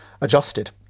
adjusted